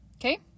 Okay